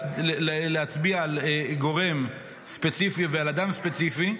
להצביע על גורם ספציפי ועל אדם ספציפי,